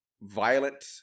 violent